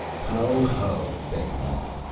ho, ho! fay mocked.